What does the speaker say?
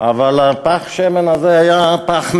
אבל פך השמן הזה האיר.